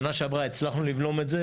שנה שעברה הצלחנו לבלום את זה